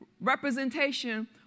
representation